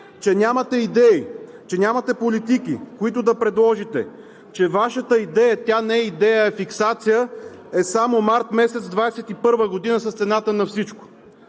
че нямате идеи, че нямате политики, които да предложите, че Вашата идея – тя не е идея, а фиксация, е само месец март 2021 г. с цената на всичко.